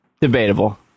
Debatable